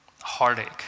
heartache